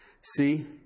See